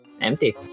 empty